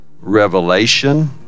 revelation